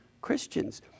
Christians